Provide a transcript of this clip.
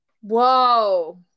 Whoa